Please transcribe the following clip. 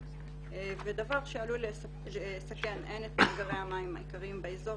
דבר שעלול לסכן את מאגרי המים העיקריים באזור